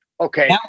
okay